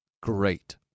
great